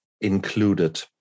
included